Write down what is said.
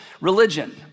religion